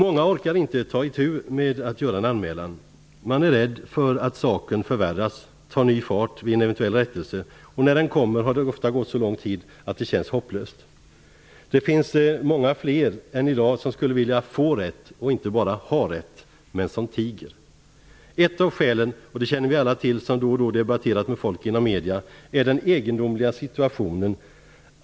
Många orkar inte ta itu med att göra en anmälan. Man är rädd för att saken förvärras och tar ny fart vid en eventuell rättelse. När rättelsen kommer har det ofta gått så lång tid att det känns hopplöst. Det finns många som skulle vilja få rätt och inte bara ha rätt, men som tiger. Ett av skälen är den egendomliga situationen att det är motståndaren som bestämmer reglerna för meningsutbytet.